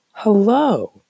Hello